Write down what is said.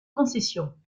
concession